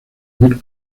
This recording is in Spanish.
mil